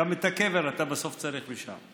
גם את הקבר אתה בסוף צריך משם,